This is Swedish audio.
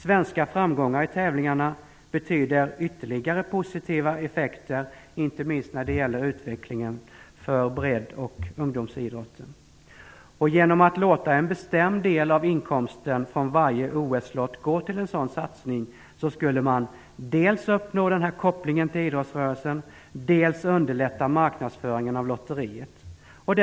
Svenska framgångar i tävlingarna betyder ytterligare positiva effekter, inte minst när det gäller utvecklingen av bredd och ungdomsidrotten. Genom att låta en bestämd del av inkomsten från varje OS-lott gå till en sådan satsning skulle man dels uppnå kopplingen till idrottsrörelsen, dels underlätta marknadsföringen av lotteriet.